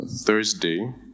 Thursday